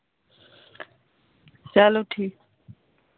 चलो ठी